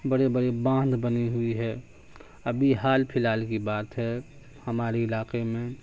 بڑے بڑے باندھ بنے ہوئی ہے ابھی حال فی الحال کی بات ہے ہمارے علاقے میں